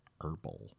herbal